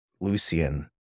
Lucian